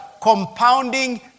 compounding